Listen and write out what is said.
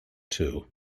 too